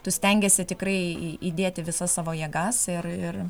tu stengiesi tikrai į įdėti visas savo jėgas ir ir